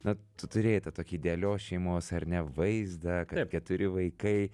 na tu turėjai tą tokį idealios šeimos ar ne vaizdą kaip keturi vaikai